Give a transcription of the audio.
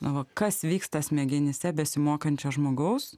va kas vyksta smegenyse besimokančio žmogaus